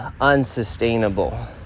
unsustainable